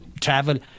travel